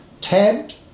tabbed